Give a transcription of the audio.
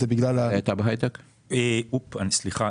קודם כול,